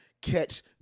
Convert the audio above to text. catch